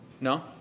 No